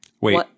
wait